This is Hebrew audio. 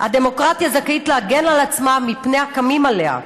"הדמוקרטיה זכאית להגן על עצמה מפני הקמים עליה.